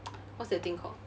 what's that thing called